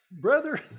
brother